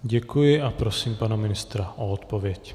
Děkuji a prosím pana ministra o odpověď.